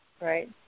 right